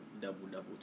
double-double